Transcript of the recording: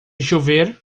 chover